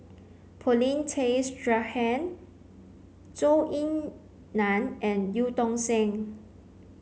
Paulin Tay Straughan Zhou Ying Nan and Eu Tong Sen